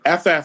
FF